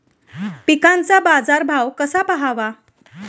पिकांचा बाजार भाव कसा पहावा?